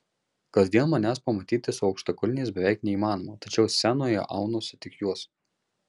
kasdien manęs pamatyti su aukštakulniais beveik neįmanoma tačiau scenoje aunuosi tik juos